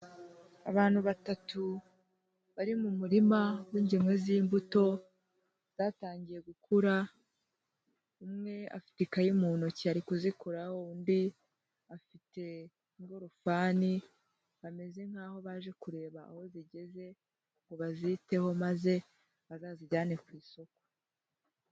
Abantu batatu bari mu murima w'ingemwe z'imbuto zatangiye gukura, umwe afite ikayimu mu ntoki ari kuzikoraho, undi afite ingorufani, bameze nkaho baje kureba aho zigeze ngo baziteho, maze bazazijyane ku isoko.